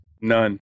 None